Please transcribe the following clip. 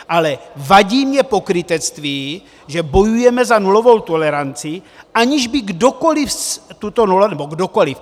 Ale vadí mně pokrytectví, že bojujeme za nulovou toleranci, aniž by kdokoliv tuto... nebo kdokoliv...